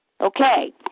Okay